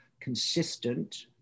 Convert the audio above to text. consistent